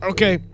Okay